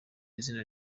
izina